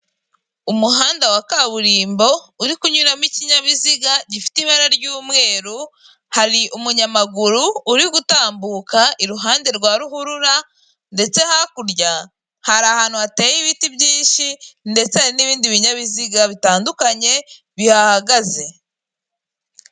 Umuhanda wa kaburimbo uri kunyuramo ikinyabiziga gifite ibara ry'umweru, hari umunyamaguru uri gutambuka iruhande rwa ruhurura ndetse hakurya hari ahantu hateye ibiti byinshi ndetse hari n'ibindi binyabiziga bitandukanye bihagaze.